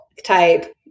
type